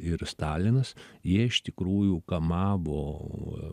ir stalinas jie iš tikrųjų kamavo